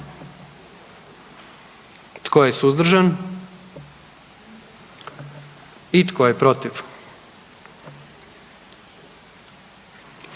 Tko je suzdržan? Tko je protiv?